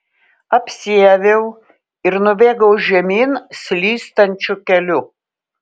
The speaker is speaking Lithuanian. apsiaviau ir nubėgau žemyn slystančiu keliu